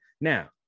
now